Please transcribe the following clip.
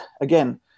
again